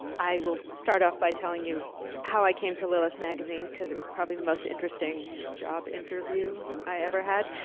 i will start off by telling you how i came to lilith magazine, cause it was probably the most interesting job interview i ever had.